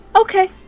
Okay